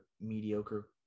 mediocre